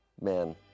Man